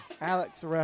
Alex